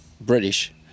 British